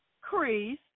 Crease